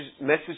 message